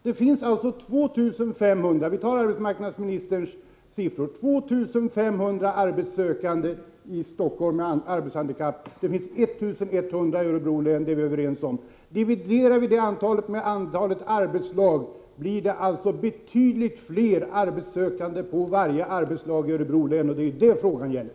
Det finns — låt oss ta arbetsmarknadsministerns siffror —2 500 sökande med arbetshandikapp i Stockholms län, och det finns 1 100 i Örebro län. Detta är vi överens om. Om vi dividerar detta antal med antalet arbetslag, blir resultatet att det är betydligt fler arbetssökande på varje arbetslag i Örebro län. Det är detta frågan gäller.